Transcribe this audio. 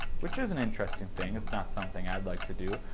which is an interesting thing. it's not something i'd like to do,